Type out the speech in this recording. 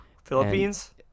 Philippines